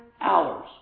hours